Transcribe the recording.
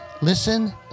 listen